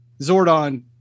zordon